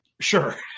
Sure